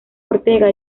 ortega